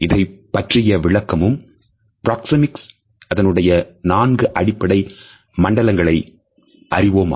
இதை பற்றிய விளக்கமும் பிராக்சேமிக்ஸ் ன் நான்கு அடிப்படை மண்டலங்களை அறிவோமாக